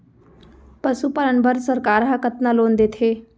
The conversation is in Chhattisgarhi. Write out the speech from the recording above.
पशुपालन बर सरकार ह कतना लोन देथे?